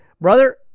brother